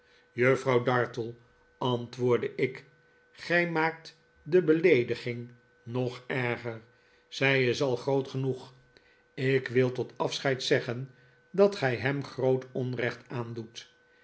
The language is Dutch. juffrouw dartle antwoordde ik gij maakt de beleediging nog erger zij is al groot genoeg ik wil tot afscheid zeggen dat gij hem groot onrecht aandoet